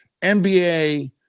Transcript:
nba